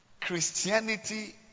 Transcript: Christianity